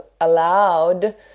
allowed